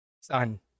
Son